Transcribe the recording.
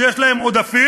שיש להן עודפים,